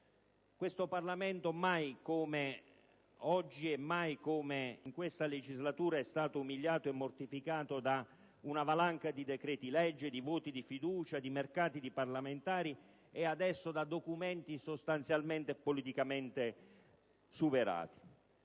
Sud. Il Parlamento, mai come oggi, e mai come in questa legislatura, è stato umiliato e mortificato da una valanga di decreti-legge e di voti di fiducia, da mercati di parlamentari e adesso da documenti sostanzialmente e politicamente superati.